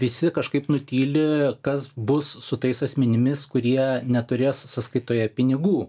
visi kažkaip nutyli kas bus su tais asmenimis kurie neturės sąskaitoje pinigų